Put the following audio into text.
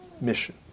mission